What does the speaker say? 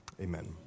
Amen